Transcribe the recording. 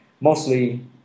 mostly